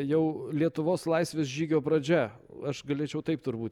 jau lietuvos laisvės žygio pradžia aš galėčiau taip turbūt